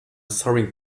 sorry